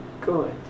good